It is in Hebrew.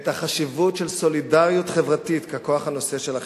את החשיבות של סולידריות חברתית ככוח הנושא של החברה.